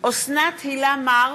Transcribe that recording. אסנת הילה מארק,